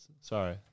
Sorry